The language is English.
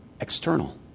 External